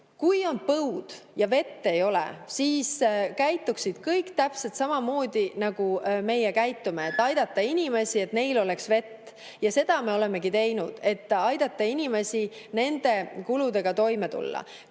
Kui on põud ja vett ei ole, siis käituksid kõik täpselt samamoodi nagu meie käitume, et aidata inimesi, et neil oleks vett. Seda me olemegi teinud, et aidata inimestel nende kuludega toime tulla.